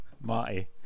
Marty